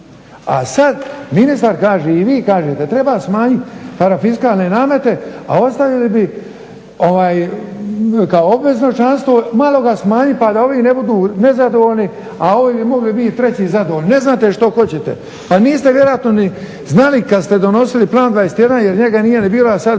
A sad ministar kaže i vi kažete, treba smanjit parafiskalne namete, a ostavili bi kao obvezno članstvo, malo ga smanjit pa da ovi ne budu nezadovoljni, a ovi bi mogli bit treći zadovoljni. Ne znate što hoćete, pa niste vjerojatni ni znali kad ste donosili Plan 21 jer njega nije ni bilo, a sad